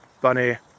Bunny